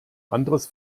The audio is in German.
anderes